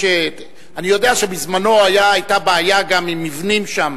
אני יודע שבזמנו היתה בעיה גם עם מבנים שם,